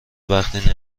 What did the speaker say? وقتی